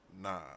Nah